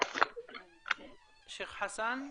שלום לכולם.